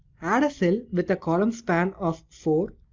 add a cell with the column span of four,